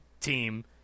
team